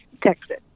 Texas